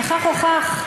וכך הוכח.